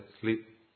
sleep